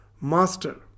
Master